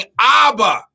Abba